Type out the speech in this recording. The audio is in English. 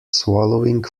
swallowing